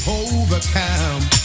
overcome